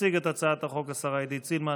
תציג את הצעת החוק השרה עידית סילמן